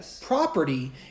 property